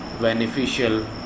beneficial